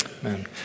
Amen